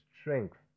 strength